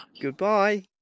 Goodbye